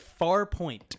Farpoint